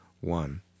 one